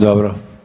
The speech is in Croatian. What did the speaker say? Dobro.